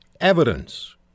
evidence